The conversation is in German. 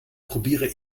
probiere